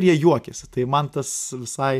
jie juokiasi tai man tas visai